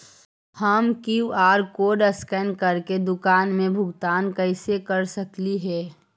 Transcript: हम QR code scan करके दुकान में भुगतान कैसे कर सकली हे?